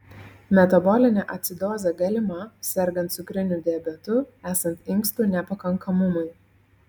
metabolinė acidozė galima sergant cukriniu diabetu esant inkstų nepakankamumui